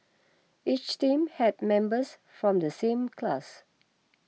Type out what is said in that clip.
each team had members from the same class